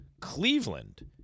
Cleveland